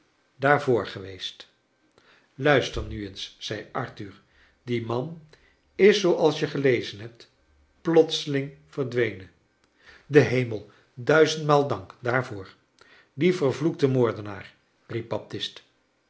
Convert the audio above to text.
geweest luister nu eens zei arthur die man is zooals je gelezen hebt plotseling verdwenen den hemel duizendmaal dank daarvoor die vervloekte moordedenaar